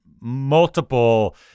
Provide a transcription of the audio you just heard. multiple